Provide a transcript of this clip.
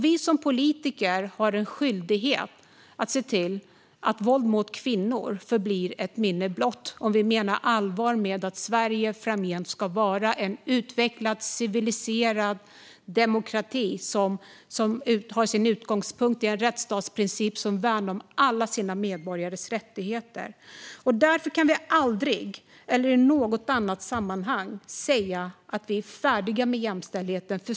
Vi politiker har en skyldighet att se till att våld mot kvinnor blir ett minne blott om vi menar allvar med att Sverige framgent ska vara en utvecklad och civiliserad demokrati som har sin utgångspunkt i en rättsstatsprincip om att värna alla medborgares rättigheter. Därför kan vi aldrig eller i något sammanhang säga att vi är klara med jämställdheten.